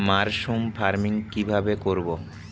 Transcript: Mushroom farming কি ভাবে করব?